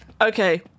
Okay